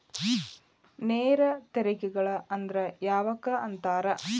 ನೇರ ತೆರಿಗೆಗಳ ಅಂದ್ರ ಯಾವಕ್ಕ ಅಂತಾರ